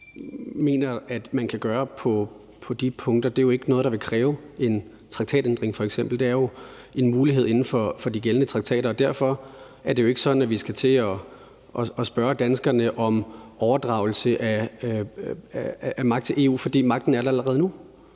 mener man kan gøre på de punkter, er jo ikke noget, der f.eks. vil kræve en traktatændring. Det er jo en mulighed inden for de gældende traktater. Derfor er det jo ikke sådan, at vi skal til at spørge danskerne om overdragelse af magt til EU, for magten er der allerede nu.